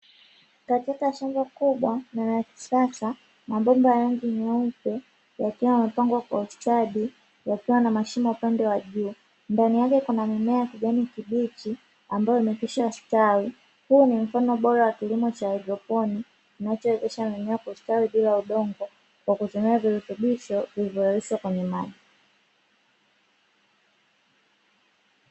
Katika shamba kubwa na la kisasa, mabomba ya rangi nyeupe yakiwa yamepangwa kwa ustadi, yakiwa na mashimo upande wa juu. Ndani yake kuna mimea ya kijani kibichi ambayo yamekwisha stawi. Huu ni mfano bora wa kilimo cha haidroponi kinachowezesha mimea kustawi bila udongo kwa kutumia virutubisho vilivyoloweshwa kwenye maji.